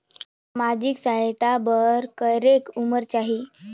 समाजिक सहायता बर करेके उमर चाही?